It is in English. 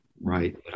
right